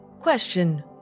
Question